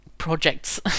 projects